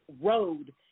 road